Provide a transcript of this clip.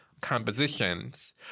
compositions